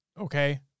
okay